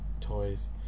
Toys